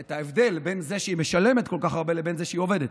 את ההבדל בין זה שהיא משלמת כל כך הרבה לבין זה שהיא עובדת.